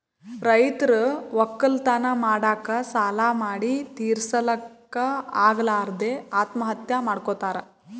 ರೈತರ್ ವಕ್ಕಲತನ್ ಮಾಡಕ್ಕ್ ಸಾಲಾ ಮಾಡಿ ತಿರಸಕ್ಕ್ ಆಗಲಾರದೆ ಆತ್ಮಹತ್ಯಾ ಮಾಡ್ಕೊತಾರ್